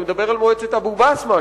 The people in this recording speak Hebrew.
אני מדבר על מועצת אבו-בסמה,